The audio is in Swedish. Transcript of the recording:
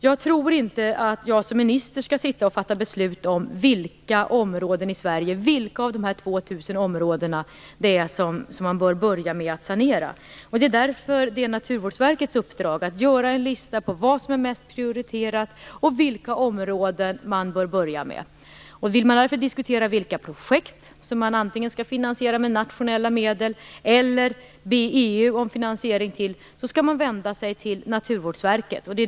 Jag tror inte att jag som minister skall fatta beslut om vilka av de här 2 000 områdena i Sverige som vi bör börja med att sanera. Därför har Naturvårdsverket i uppdrag att göra en lista över vad som är mest prioriterat och vilka områden vi bör börja med. Vill man därför diskutera vilka projekt som skall finansieras med nationella medel och vilka som man skall be EU finansiera, skall man vända sig till Naturvårdsverket.